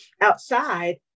outside